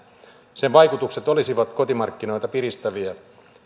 sen vaikutukset olisivat kotimarkkinoita piristäviä